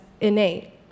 innate